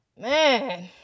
man